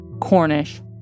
Cornish